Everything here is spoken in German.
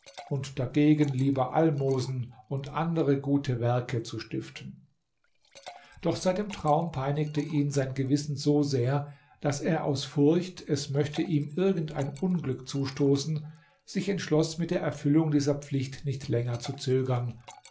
und dagegen lieber almosen und andere gute werke zu stiften doch seit dem traum peinigte ihn sein gewissen so sehr daß er aus furcht es möchte ihm irgend ein unglück zustoßen sich entschloß mit der erfüllung dieser pflicht nicht länger zu zögern